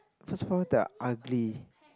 first of they're ugly